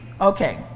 okay